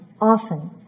often